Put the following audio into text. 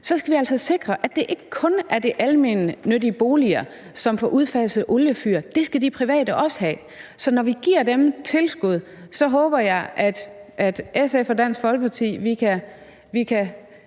Så skal vi altså sikre, at det ikke kun er de almennyttige boliger, som får udfaset oliefyr, men det skal de private også have. Så når vi giver dem et tilskud, håber jeg, at vi i SF og Dansk Folkeparti kan